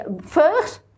first